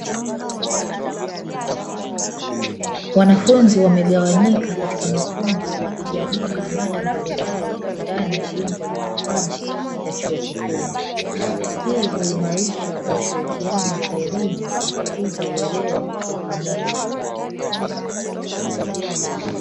Wanafunzi wamegawanyika katika makundi wakijadili mada mbalimbali ndani ya jengo la maktaba ya chuo kikuu hii huimarisha ushirikiano wa kielimu na kukuza uelewa wa pamoja.